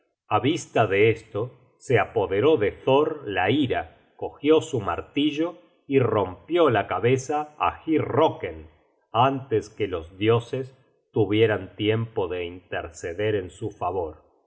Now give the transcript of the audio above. a vista de esto se apoderó de thor la ira cogió su martillo y rompió la cabeza á hyrrocken antes que los dioses tuvieran tiempo de interceder en su favor en